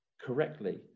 correctly